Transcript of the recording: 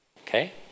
Okay